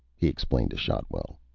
he explained to shotwell.